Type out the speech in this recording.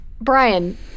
Brian